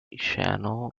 shannon